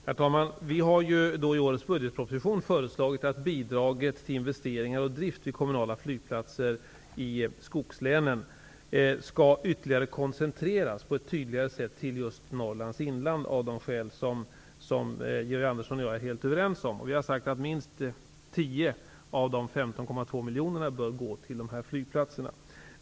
Herr talman! Vi har i årets budgetproposition föreslagit att bidraget till investeringar i och drift av kommunala flygplatser i skogslänen på ett tydligare sätt skall koncentreras till just Norrlands inland, av de skäl som Georg Andersson och jag är helt överens om. Vi har sagt att minst 10 av de 15,2 miljonerna bör gå till dessa flygplatser.